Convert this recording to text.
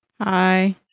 Hi